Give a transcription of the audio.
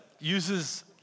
uses